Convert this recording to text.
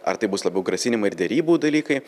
ar tai bus labiau grasinimai ir derybų dalykai